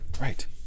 right